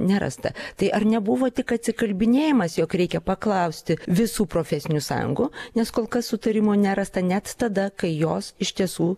nerasta tai ar nebuvo tik atsikalbinėjimas jog reikia paklausti visų profesinių sąjungų nes kol kas sutarimo nerasta net tada kai jos iš tiesų